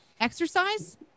exercise